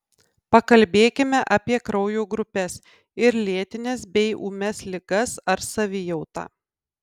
pakalbėkime apie kraujo grupes ir lėtines bei ūmias ligas ar savijautą